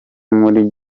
muri